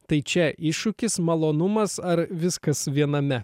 tai čia iššūkis malonumas ar viskas viename